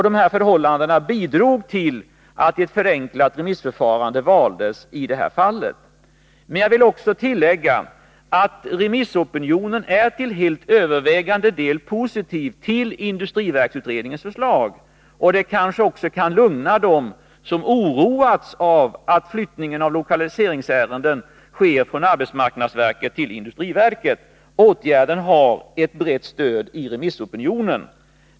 Dessa förhållanden bidrog till att ett förenklat remissförfarande valdes i detta fall. Jag vill också tillägga att remissopinionen till helt övervägande del är positiv till industriverksutredningens förslag. Det kanske kan lugna dem som oroas av flyttningen av lokaliseringsärenden från arbetsmarknadsverket till industriverket. Åtgärden har alltså ett brett stöd i remissopinionen.